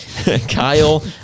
Kyle